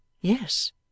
Yes